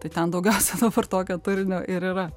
tai ten daugiausia dabar tokio turinio ir yra